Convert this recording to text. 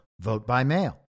vote-by-mail